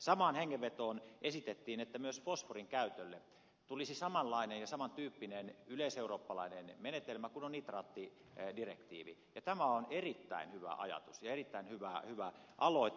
samaan hengenvetoon esitettiin että myös fosforin käytölle tulisi samanlainen ja saman tyyppinen yleiseurooppalainen menetelmä kuin on nitraattidirektiivi ja tämä on erittäin hyvä ajatus ja erittäin hyvä aloite